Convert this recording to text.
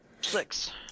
six